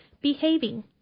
behaving